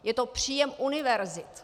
Je to příjem univerzit.